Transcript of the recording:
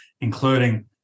including